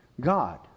god